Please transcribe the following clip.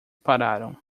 pararam